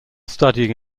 studying